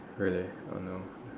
really oh no